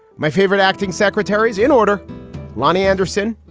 my favorite acting secretary is in order lonny anderson,